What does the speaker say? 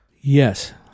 Yes